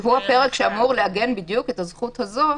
שהוא הפרק שאמור לעגן בדיוק את הזכות הזו,